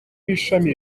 w’ishami